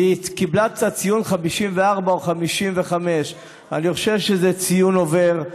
וקיבלה את הציון 54 או 55. אני חושב שזה ציון עובר.